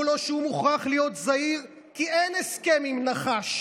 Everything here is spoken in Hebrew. לו שהוא מוכרח להיות זהיר / כי אין הסכם עם נחש,